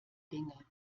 dinge